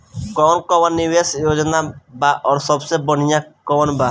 कवन कवन निवेस योजना बा और सबसे बनिहा कवन बा?